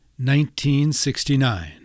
1969